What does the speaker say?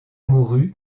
mourut